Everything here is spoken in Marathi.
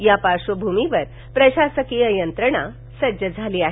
या पार्शवभूमीवर प्रशासकीय यंत्रणा सज्ज झाली आहे